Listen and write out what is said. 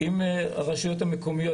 עם הרשויות המקומיות,